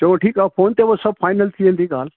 phone ते उहा सभु फाईनल थी वेंदी ॻाल्हि